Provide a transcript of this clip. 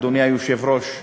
אדוני היושב-ראש,